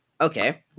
Okay